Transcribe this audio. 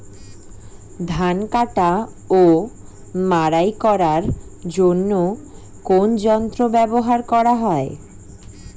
ধান কাটা ও মাড়াই করার জন্য কোন যন্ত্র ব্যবহার করা হয়?